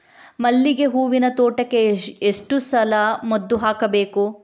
ಮಲ್ಲಿಗೆ ಹೂವಿನ ತೋಟಕ್ಕೆ ಎಷ್ಟು ಸಲ ಮದ್ದು ಹಾಕಬೇಕು?